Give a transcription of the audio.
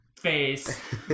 face